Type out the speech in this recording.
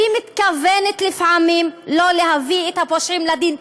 והיא מתכוונת לפעמים לא להביא את הפושעים לדין.